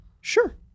Sure